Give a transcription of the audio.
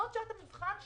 זאת שעת המבחן שלנו.